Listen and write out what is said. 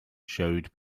showed